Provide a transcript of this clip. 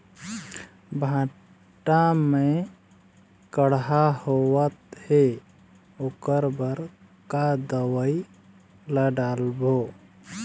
भांटा मे कड़हा होअत हे ओकर बर का दवई ला डालबो?